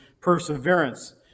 perseverance